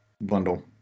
bundle